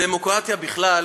הדמוקרטיה בכלל,